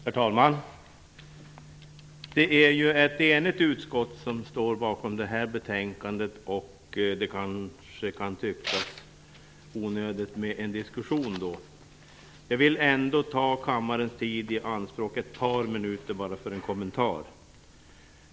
Herr talman! Det är ett enigt utskott som står bakom det här betänkandet, och det kanske kan tyckas onödigt med en diskussion. Jag vill ändå ta kammarens tid i anspråk ett par minuter för en kommentar.